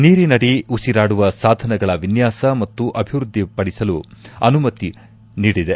ನೀರಿನಡಿ ಉಸಿರಾಡುವ ಸಾಧನಗಳ ವಿನ್ಯಾಸ ಮತ್ತು ಅಭಿವೃದ್ಧಿಪಡಿಸಲು ಮಂಡಳಿಯು ಅನುಮತಿ ನೀಡಿದೆ